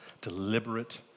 deliberate